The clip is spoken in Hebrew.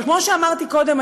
אבל כמו שאמרתי קודם,